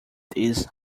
these